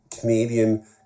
Canadian